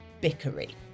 bickery